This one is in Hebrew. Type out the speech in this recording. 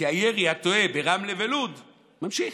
כי הירי התועה ברמלה ולוד נמשך,